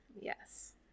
yes